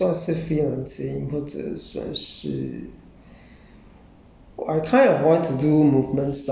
then 现在也也算是 freelancing 或者算是